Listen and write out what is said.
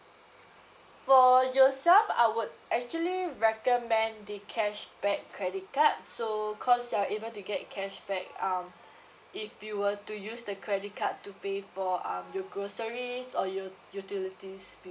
so yourself I would actually recommend the cashback credit card so cause you're able to get cashback um if you were to use the credit card to pay for um your groceries or your utilities bill